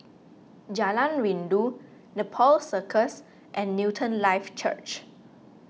Jalan Rindu Nepal Circus and Newton Life Church